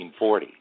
1940